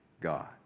God